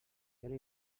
era